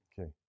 Okay